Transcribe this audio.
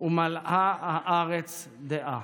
ומלאה הארץ דעה".